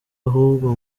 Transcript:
ahubwo